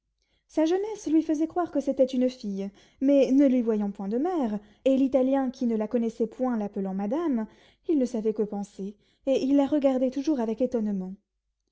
sa jeunesse lui faisait croire que c'était une fille mais ne lui voyant point de mère et l'italien qui ne la connaissait point l'appelant madame il ne savait que penser et il la regardait toujours avec étonnement